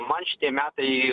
man šitie metai